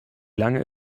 lange